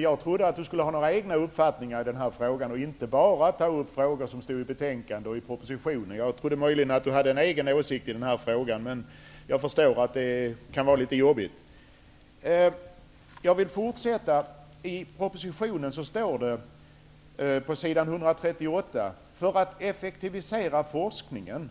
Jag trodde att Lars Björkman skulle ha några egna uppfattningar i den här frågan och inte bara ta upp det som står i betänkandet och i propositionen. Jag trodde att Lars Björkman hade en egen åsikt i den här frågan, men jag förstår att det kan vara litet jobbigt. I propositionen står det på s. 138: ''För att effektivisera forskningen''.